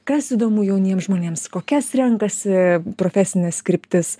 kas įdomu jauniems žmonėms kokias renkasi profesines kryptis